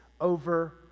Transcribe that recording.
over